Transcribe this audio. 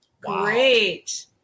Great